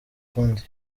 ukundi